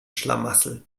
schlamassel